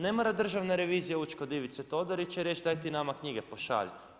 Ne mora Državna revizija ući kod Ivice Todorića i reći daj ti nama knjige pošalji.